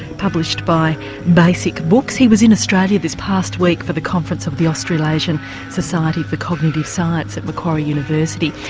published by basic books. he was in australia this past week for the conference of the australasian society for cognitive science at macquarie university.